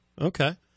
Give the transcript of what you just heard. okay